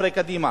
חברי קדימה.